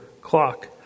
clock